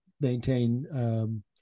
maintain